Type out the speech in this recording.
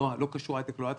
לא קשור הייטק או לא הייטק,